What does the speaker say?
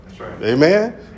Amen